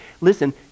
Listen